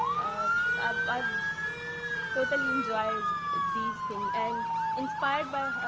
ah i've i've totally enjoyed these things, and inspired by her,